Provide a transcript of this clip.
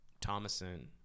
Thomason